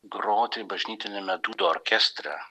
groti bažnytiniame dūdų orkestrą